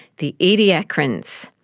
the ediacarans.